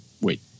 wait